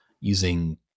using